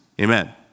Amen